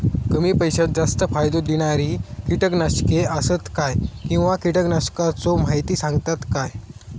कमी पैशात जास्त फायदो दिणारी किटकनाशके आसत काय किंवा कीटकनाशकाचो माहिती सांगतात काय?